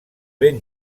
ben